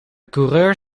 coureur